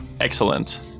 Excellent